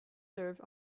served